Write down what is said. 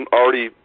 already